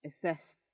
assess